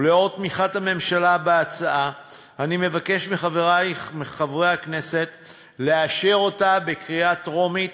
ולאור תמיכת הממשלה בהצעה אני מבקש מחברי הכנסת לאשר אותה בקריאה טרומית